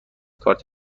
کارت